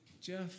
Jeff